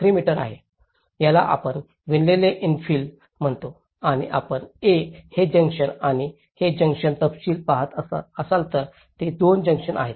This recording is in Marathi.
3 मीटर आहे याला आपण विणलेले इंफिल म्हणतो आणि आपण ए हे जंक्शन आणि हे जंक्शन तपशील पाहत असाल तर हे दोन जंक्शन आहेत